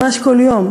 ממש כל יום,